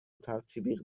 تطبیق